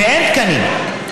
ואין תקנים,